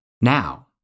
Now